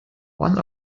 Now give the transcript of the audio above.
one